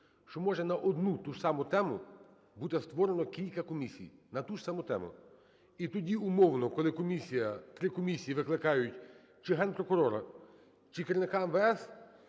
Що може на одну ту ж саму тему бути створено кілька комісій, на ту ж саму тему. І тоді, умовно, коли комісія, три комісії викликають чи Генпрокурора, чи керівника МВС,